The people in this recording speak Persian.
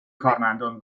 کارمندان